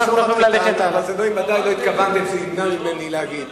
אתם ודאי לא התכוונתם שזה ימנע ממני להגיד.